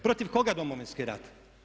Protiv koga domovinski rat?